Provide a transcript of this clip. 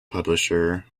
publisher